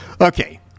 Okay